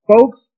Folks